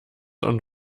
und